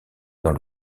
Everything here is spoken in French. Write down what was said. dans